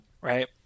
right